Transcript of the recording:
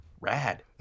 rad